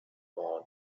won